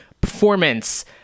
performance